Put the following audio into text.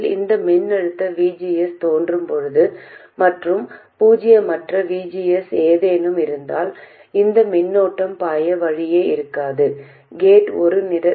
எனவே நீங்கள் வெளியீட்டு எதிர்ப்பைக் கணக்கிட்டவுடன் நீங்கள் செய்ய வேண்டியதெல்லாம் இதைப் பயன்படுத்தி C2 இல் உள்ள தடையைக் கணக்கிடுவது மற்றும் C2 அதை விட பெரியதாக இருக்க வேண்டும்